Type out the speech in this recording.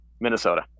Minnesota